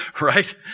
Right